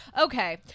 Okay